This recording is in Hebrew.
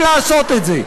עכשיו הזמן לעשות את זה,